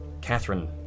Catherine